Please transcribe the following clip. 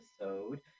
episode